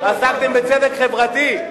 עסקתם בצדק חברתי.